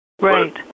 Right